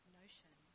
notion